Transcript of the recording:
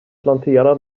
plantera